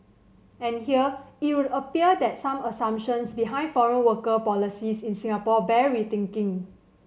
and here it would appear that some assumptions behind foreign worker policies in Singapore bear rethinking